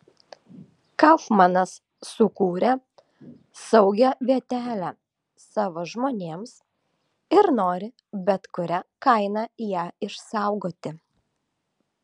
kaufmanas sukūrė saugią vietelę savo žmonėms ir nori bet kuria kaina ją išsaugoti